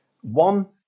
one